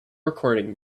recording